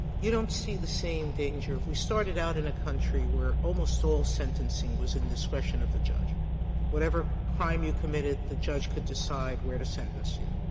you don't see the same danger we started out in a country where almost all sentencing was in the discretion of the judge whatever crime you committed, the judge could decide where to sentence you.